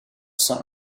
sun